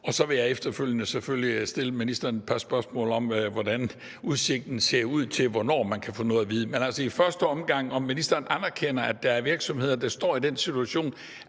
Så vil jeg selvfølgelig efterfølgende stille ministeren et par spørgsmål om, hvordan udsigten til, at man kan få noget at vide, er. Men i første omgang er spørgsmålet altså, om ministeren anerkender, at der er virksomheder, der står i den situation,